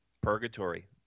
purgatory